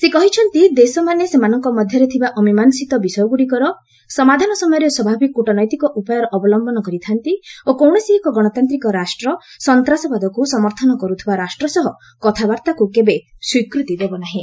ସେ କହିଛନ୍ତି ଦେଶମାନେ ସେମାନଙ୍କ ମଧ୍ୟରେ ଥିବା ଅମୀମାଂଶିତ ବିଷୟଗୁଡ଼ିକର ସମାଧାନ ସମୟରେ ସ୍ୱାଭାବିକ କୂଟନୈତିକ ଉପାୟର ଅବଲୟନ କରିଥା'ନ୍ତି ଓ କୌଣସି ଏକ ଗଣତାନ୍ତିକ ରାଷ୍ଟ୍ର ସନ୍ତ୍ରାସବାଦକୁ ସମର୍ଥନ କରୁଥିବା ରାଷ୍ଟ୍ର ସହ କଥାବାର୍ତ୍ତାକୁ କେବେ ସ୍ୱୀକୃତି ଦେବ ନାହିଁ